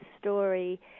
story